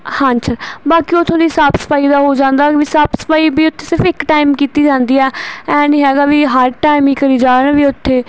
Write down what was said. ਹਾਂਜੀ ਸਰ ਬਾਕੀ ਉੱਥੋਂ ਦੀ ਸਾਫ ਸਫਾਈ ਦਾ ਹੋ ਜਾਂਦਾ ਵੀ ਸਾਫ਼ ਸਫਾਈ ਵੀ ਉੱਥੇ ਸਿਰਫ਼ ਇੱਕ ਟਾਈਮ ਕੀਤੀ ਜਾਂਦੀ ਆ ਇਹ ਨਹੀਂ ਹੈਗਾ ਵੀ ਹਰ ਟਾਈਮ ਹੀ ਕਰੀ ਜਾ ਰਿਹਾ ਵੀ ਉੱਥੇ